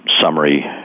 summary